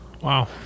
Wow